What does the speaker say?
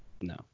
no